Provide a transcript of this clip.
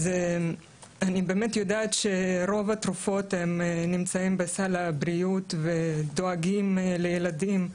אני באמת יודעת שרוב התרופות נמצאים בסל הבריאות ודואגים לילדים.